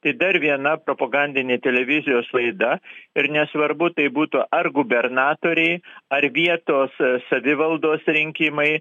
tai dar viena propagandinė televizijos laida ir nesvarbu tai būtų ar gubernatoriai ar vietos savivaldos rinkimai